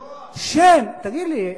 בוא נשנה את התואר ודי.